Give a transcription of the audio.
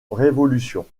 révolution